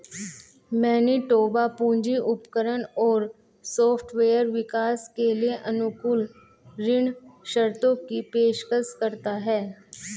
Manitoba पूंजी उपकरण और सॉफ्टवेयर विकास के लिए अनुकूल ऋण शर्तों की पेशकश करता है